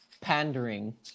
pandering